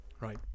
Right